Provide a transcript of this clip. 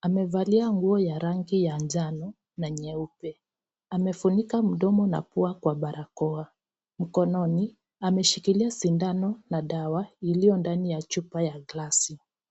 Amevalia ya nguo ya rangi ya njano na nyeupe. Amefunika mdomo na pua kwa barakoa, mkononi ameshikinia sindano na dawa iliyo ndani ya chupa ya glasi.